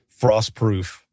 Frostproof